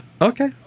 Okay